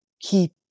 keep